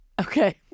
Okay